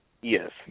Yes